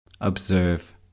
observe